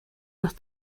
los